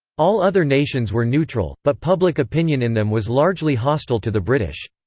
all other nations were neutral, but public opinion in them was largely hostile to the british.